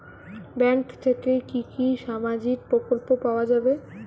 Bank থেকে কি কি সামাজিক প্রকল্প পাওয়া যাবে?